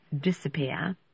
disappear